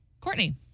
Courtney